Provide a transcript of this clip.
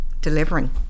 delivering